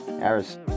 Aris